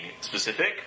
specific